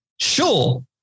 sure